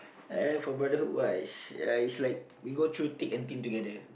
and for brotherhood wise ya it's like we go through thick and thin together